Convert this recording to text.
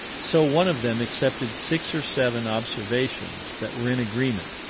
so one of them accepted six or seven observations that were in agreement,